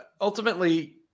ultimately